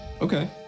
Okay